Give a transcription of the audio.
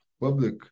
public